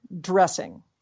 dressing